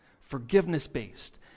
forgiveness-based